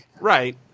Right